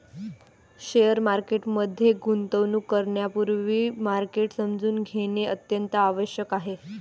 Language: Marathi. शेअर मार्केट मध्ये गुंतवणूक करण्यापूर्वी मार्केट समजून घेणे अत्यंत आवश्यक आहे